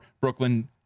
Brooklyn